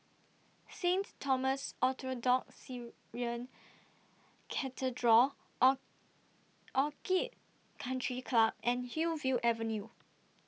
Saint Thomas Orthodox Syrian Cathedral O Orchid Country Club and Hillview Avenue